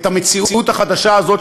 את המציאות החדשה הזאת,